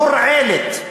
מורעלת,